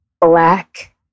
black